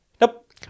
Nope